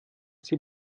sie